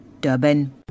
Durban